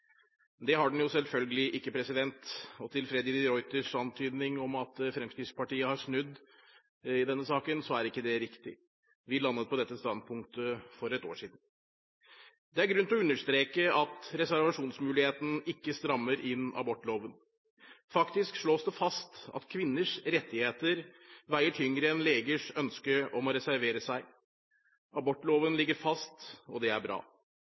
Det har den selvfølgelig ikke, og Freddy de Ruiters antydning om at Fremskrittspartiet har snudd i denne saken er ikke riktig. Vi landet på dette standpunktet for ett år siden. Det er grunn til å understreke at reservasjonsmuligheten ikke strammer inn abortloven. Faktisk slås det fast at kvinners rettigheter veier tyngre enn legers ønske om å reservere seg. Abortloven ligger fast, og det er bra.